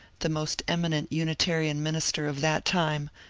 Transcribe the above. the most eminent unitarian minister of that time,